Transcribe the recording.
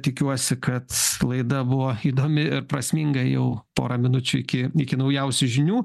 tikiuosi kad laida buvo įdomi ir prasminga jau pora minučių iki iki naujausių žinių